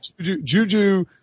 Juju